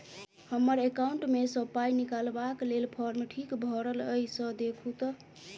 हम्मर एकाउंट मे सऽ पाई निकालबाक लेल फार्म ठीक भरल येई सँ देखू तऽ?